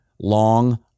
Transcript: long